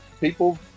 people